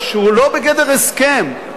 שהוא לא בגדר הסכם,